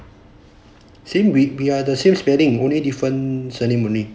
same we are the same spelling only different sur name only